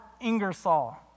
Ingersoll